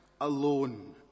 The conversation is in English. alone